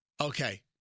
Okay